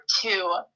two